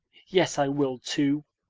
yes, i will, too.